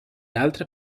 altre